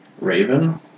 Raven